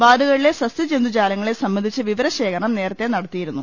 വാർഡുകളിലെ സ്സ്യ ജന്തുജാലങ്ങളെ സംബ ന്ധിച്ച വിവരശേഖരണം നേരത്തെ നടത്തിയിരുന്നു